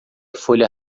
folha